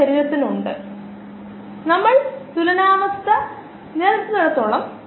അവയവവുമായി സാമ്യമുള്ള ഒരു സ്കാർഫോൾഡിലാണ് കോശങ്ങൾ വളരുന്നത് അതിനാൽ നമുക്ക് ആകാരം ലഭിക്കുന്നു തുടർന്ന് പ്രവർത്തനം കൊണ്ടുവരുന്നു